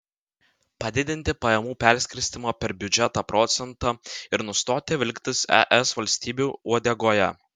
padidinti pajamų perskirstymo per biudžetą procentą ir nustoti vilktis es valstybių uodegoje